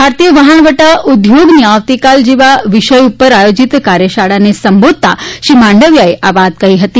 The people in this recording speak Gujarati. ભારતીય વહાણવટા ઉદ્યોગની આવતીકાલ જેવા વિષય ઉપર આયોજિત કાર્યશાળાને સંબોધતા શ્રી માંડવીયાએ આ વાત કઠી હતી